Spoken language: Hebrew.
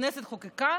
שהכנסת חוקקה?